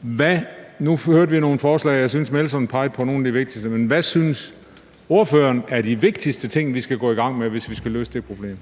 hvad synes ordføreren er de vigtigste ting, vi skal gå i gang med, hvis vi skal løse det problem?